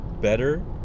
better